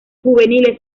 juveniles